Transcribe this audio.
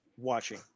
Watching